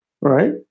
right